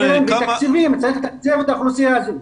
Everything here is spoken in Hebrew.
צריך לתקצב את האוכלוסייה הזו.